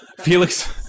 Felix